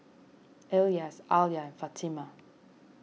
Elyas Alya Fatimah